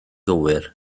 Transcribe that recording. gywir